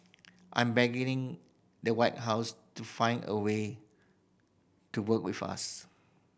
I'm begging the White House to find a way to work with us